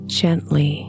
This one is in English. gently